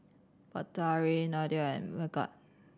Batari Nadia and Megat